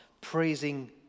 praising